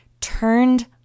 turned